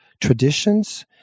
traditions